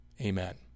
Amen